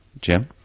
Jim